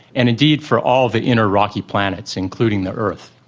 and indeed for all the inner rocky planets, including the earth.